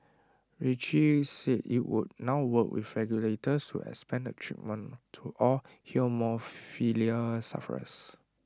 Roche said IT would now work with regulators to expand the treatment to all haemophilia sufferers